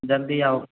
जल्दी आउ